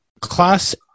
class